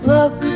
Look